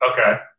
Okay